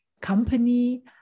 company